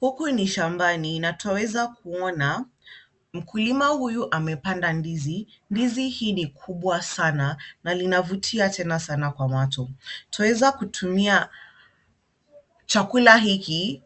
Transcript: Huku ni shambani na twaweza kuona mkulima huyu amepanda ndizi, ndizi hii ni kubwa sana na linavutia tena sana kwa macho. Twaeza kutumia chakula hiki